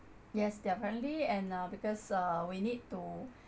yes they're friendly and uh because uh we need to